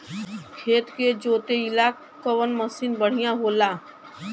खेत के जोतईला कवन मसीन बढ़ियां होला?